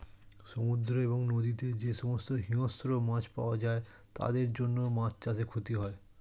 সমুদ্র এবং নদীতে যে সমস্ত হিংস্র মাছ পাওয়া যায় তাদের জন্য মাছ চাষে ক্ষতি হয়